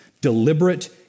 deliberate